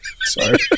sorry